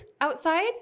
outside